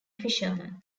fisherman